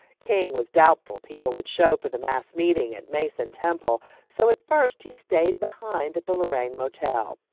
king was doubtful people would show for the mass meeting at mason temple, so, at first, he stayed behind at the lorraine motel.